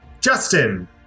Justin